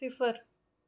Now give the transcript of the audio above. सिफर